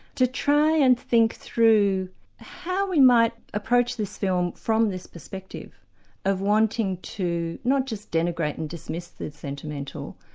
to try and think through how we might approach this film from this perspective of wanting to not just denigrate and dismiss the sentimental,